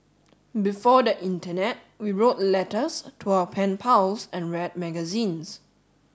before the internet we wrote letters to our pen pals and read magazines